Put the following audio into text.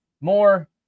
More